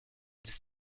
this